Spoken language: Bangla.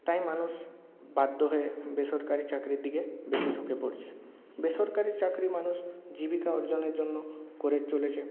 তাই মানুষ বাধ্য হয়ে বেসরকারি চাকরির দিকে বেশি ঝুঁকে পড়ছে বেসরকারি চাকরি মানুষ জীবিকা অর্জনের জন্য করে চলেছে